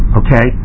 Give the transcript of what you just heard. okay